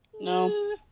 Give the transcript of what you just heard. No